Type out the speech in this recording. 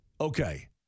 okay